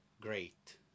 great